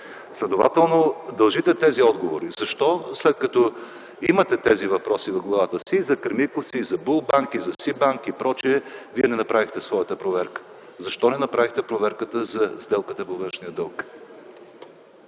Следователно дължите тези отговори. Защо след като имате тези въпроси в главата си – за „Кремиковци”, за „Булбанк”, за „Сибанк” и прочие, Вие не направихте своята проверка? Защо не направихте проверката за сделката по външния дълг?